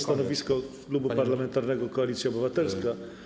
Stanowisko Klubu Parlamentarnego Koalicja Obywatelska.